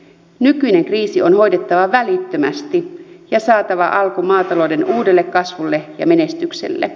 nykyinen kriisi on hoidettava välittömästi ja saatava alku maatalouden uudelle kasvulla ja menestykselle